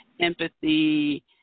empathy